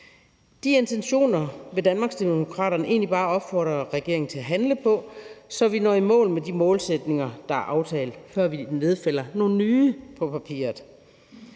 De intentioner vil Danmarksdemokraterne egentlig bare opfordre regeringen til at handle på, så vi når i mål med de målsætninger, der er aftalt, før vi nedfælder nogle nye på papiret.